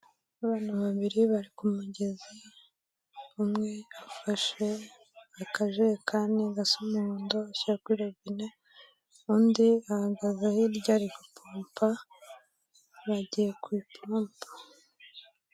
Abana babiri bari ku mugezi umwe afashe akajekane gasa umuhondo ashyira kuri robine undi ahagaze hirya ari gupompa bagiye kw,ipompo.